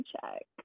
check